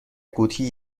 قوطی